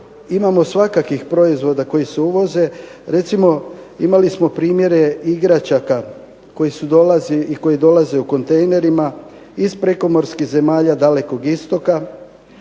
imamo svakakvih proizvoda koji se uvoze. Recimo, imali smo primjere igračaka koji su dolazili i koji dolaze u kontejnerima iz prekomorskih zemalja Dalekog Istoka